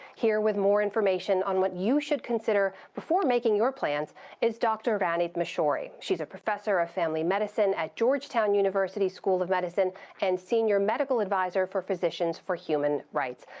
here with more information on what you should consider before making your plans is dr. ranit mishori. she's a professor of family medicine at georgetown university school of medicine and senior medical adviser for physicians for human rights.